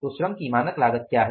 तो श्रम की मानक लागत क्या है